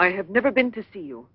i have never been to see you